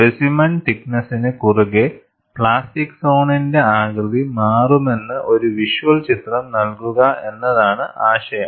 specimen തിക്ക്നെസ്സിനു കുറുകെ plastic സോണിന്റെ ആകൃതി മാറുമെന്ന് ഒരു വിഷ്വൽ ചിത്രം നൽകുക എന്നതാണ് ആശയം